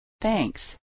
Thanks